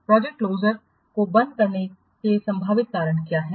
project closure को बंद करने के संभावित कारण क्या है